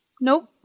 Nope